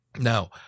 Now